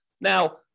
Now